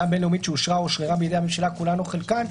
בין-לאומית שאושרה או אושררה בידי הממשלה כולן או חלקן,